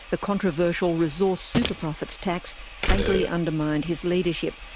the controversial resource super profits tax fatally undermined his leadership,